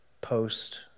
post